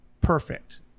perfect